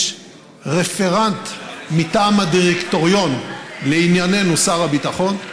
יש רפרנט מטעם הדירקטוריון, לענייננו, שר הביטחון,